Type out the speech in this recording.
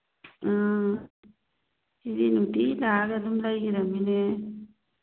ꯎꯝ ꯁꯤꯗꯤ ꯅꯨꯡꯇꯤꯒꯤ ꯂꯥꯛꯑꯒ ꯑꯗꯨꯝ ꯂꯩꯒꯤꯗꯃꯤꯅꯦ